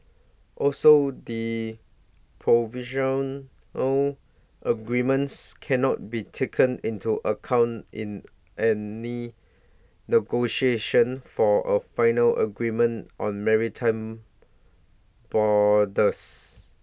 also the provisional agreements cannot be taken into account in any negotiations for A final agreement on maritime